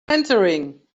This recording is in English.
entering